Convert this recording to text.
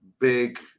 Big